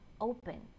open